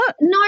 No